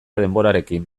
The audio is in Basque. denborarekin